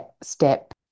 step